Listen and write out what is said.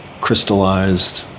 crystallized